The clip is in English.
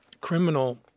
criminal